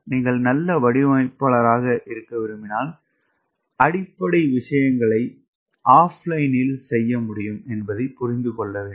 நீங்கள் நல்ல வடிவமைப்பாளராக இருக்க விரும்பினால் அடிப்படை விஷயங்களை ஆஃப்லைனில் செய்ய முடியும் என்பதை புரிந்து கொள்ள முயற்சிக்கிறீர்கள்